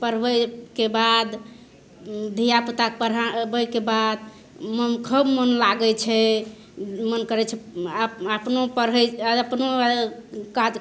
पढ़बैके बाद ओ धिया पुताके पढ़ाबैक बाद मन खुब मन लागै छै मन करै छै आ अपनो पढ़ैके अपनो अए काज